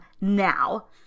now